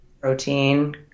protein